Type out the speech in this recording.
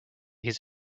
his